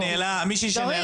מישהי שניהלה מעון.